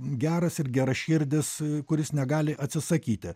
geras ir geraširdis kuris negali atsisakyti